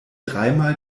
dreimal